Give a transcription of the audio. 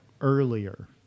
earlier